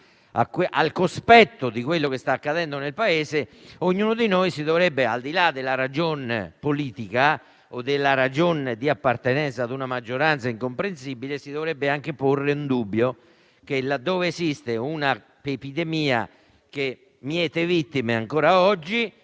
al cospetto di quanto sta accadendo nel Paese, ognuno di noi, al di là della ragione politica o di appartenenza ad una maggioranza incomprensibile, dovrebbe porsi il dubbio che, laddove esiste una epidemia che miete vittime ancora oggi,